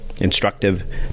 instructive